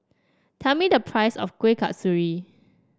tell me the price of Kueh Kasturi